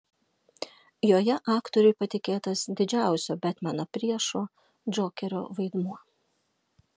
joje aktoriui patikėtas didžiausio betmeno priešo džokerio vaidmuo